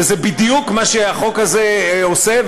וזה בדיוק מה שהחוק הזה עושה,